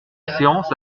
séance